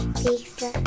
pizza